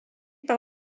par